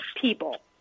people